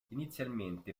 inizialmente